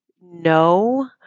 no